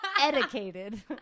educated